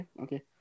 Okay